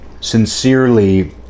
sincerely